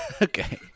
Okay